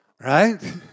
right